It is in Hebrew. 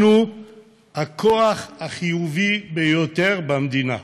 אנחנו הכוח החיובי ביותר במדינה.